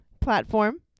platform